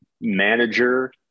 manager